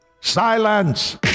Silence